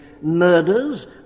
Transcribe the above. murders